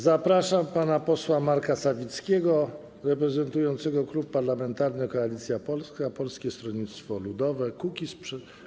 Zapraszam pana posła Marka Sawickiego reprezentującego Klub Parlamentarny Koalicja Polska - Polskie Stronnictwo Ludowe - Kukiz15.